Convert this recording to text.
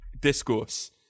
discourse